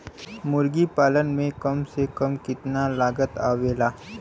मुर्गी पालन में कम से कम कितना लागत आवेला?